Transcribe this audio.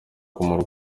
kumara